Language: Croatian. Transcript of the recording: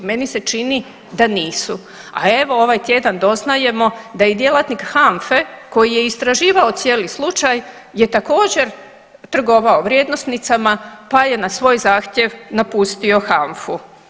Meni se čini da nisu, a evo ovaj tjedan doznajemo da i djelatnik HANFE koji je istraživao cijeli slučaj je također trgovao vrijednosnicama pa je na svoj zahtjev napustio HANFU.